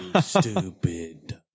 Stupid